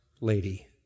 lady